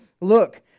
Look